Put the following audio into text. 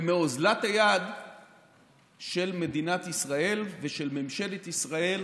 ומאוזלת היד של מדינת ישראל ושל ממשלת ישראל